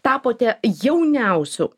tapote jauniausiu